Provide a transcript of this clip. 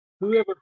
whoever